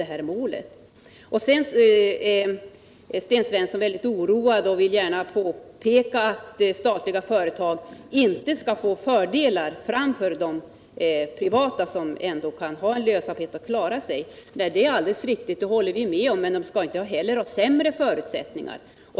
Sten Svensson är också mycket oroad och vill gärna påpeka att statliga företag inte skall få fördelar framför privata, som ändå kan ha en lönsamhet och klara sig. Det är alldeles riktigt, och det håller vi med om. Men statliga företag skall inte heller ha sämre förutsättningar.